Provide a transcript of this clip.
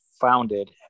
founded